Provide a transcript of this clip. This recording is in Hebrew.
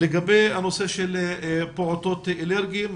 לגבי הנושא של פעוטות אלרגיים,